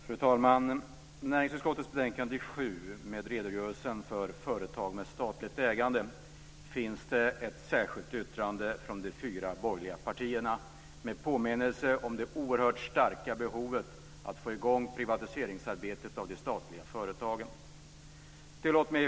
Fru talman! I näringsutskottets betänkande 7 med redogörelse för företag med statligt ägande finns det ett särskilt yttrande från de fyra borgerliga partierna med en påminnelse om det oerhört starka behovet av att få i gång privatiseringsarbetet med de statliga företagen. Fru talman!